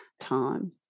time